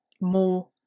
more